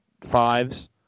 fives